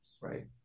Right